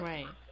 Right